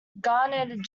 garnered